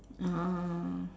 uh